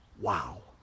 Wow